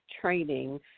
training